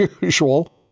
usual